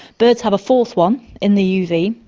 birds have a fourth one in the uv.